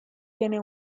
tiene